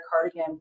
cardigan